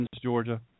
Georgia